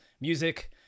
music